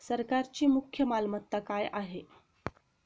सरकारची मुख्य मालमत्ता काय आहे?